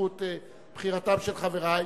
בזכות בחירתם של חברי.